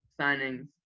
signings